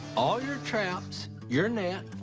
all your traps. your net.